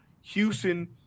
Houston